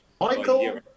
Michael